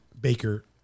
Baker